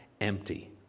empty